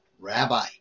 Rabbi